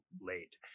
late